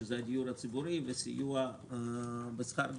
שזה הדיור הציבורי וסיוע בשכר דירה.